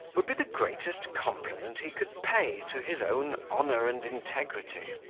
would be the greatest compliment he could pay to his own honour and integrity.